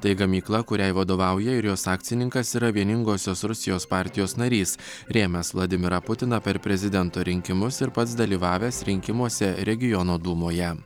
tai gamykla kuriai vadovauja ir jos akcininkas yra vieningosios rusijos partijos narys rėmęs vladimirą putiną per prezidento rinkimus ir pats dalyvavęs rinkimuose regiono dūmoje